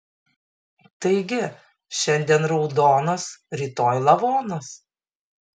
taigi šiandien raudonas rytoj lavonas